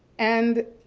and,